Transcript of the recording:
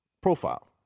profile